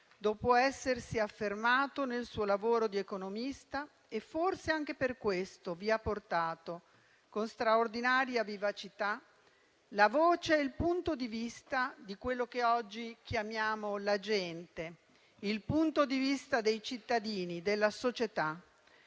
dopo essersi affermato nel suo lavoro di economista e, forse, anche per questo vi ha portato, con straordinaria vivacità, la voce e il punto di vista di quello che oggi chiamiamo la gente, il punto di vista dei cittadini e della società.